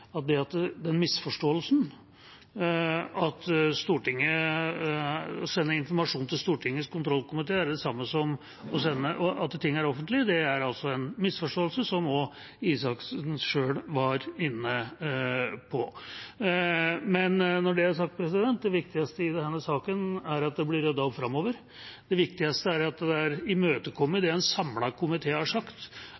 at det er en misforståelse at det å sende informasjon til Stortingets kontrollkomité er det samme som at ting er offentlig, noe også Røe Isaksen selv var inne på. Når det er sagt – det viktigste i denne saken er at det blir ryddet opp framover. Det viktigste er at det